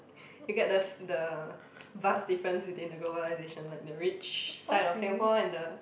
you get the the vast difference between the globalization like the rich side of Singapore and the